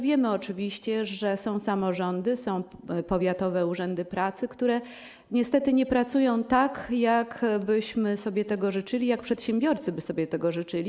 Wiemy oczywiście, że są samorządy, są powiatowe urzędy pracy, które niestety nie pracują tak, jak byśmy sobie tego życzyli, jak przedsiębiorcy by sobie tego życzyli.